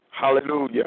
Hallelujah